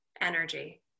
energy